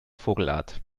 vogelart